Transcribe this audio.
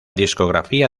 discografía